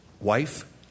wife